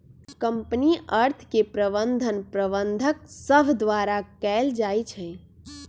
company अर्थ के प्रबंधन प्रबंधक सभ द्वारा कएल जाइ छइ